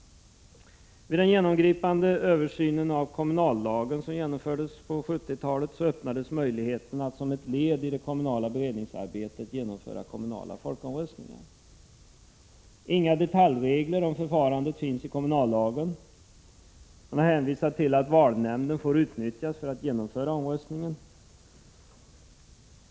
Vid den genomgripande översynen av kommunallagen, som genomfördes på 70-talet, öppnades möjligheten att som ett led i det kommunala beredningsarbetet genomföra ”kommunala folkomröstningar”. Inga detaljregler om förfarandet finns i kommunallagen. Man hänvisar till att valnämnden får utnyttjas för genomförande av omröstningen.